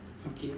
okay